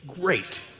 great